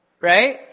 right